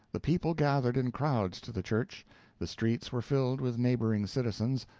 the people gathered in crowds to the church the streets were filled with neighboring citizens,